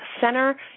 center